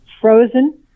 frozen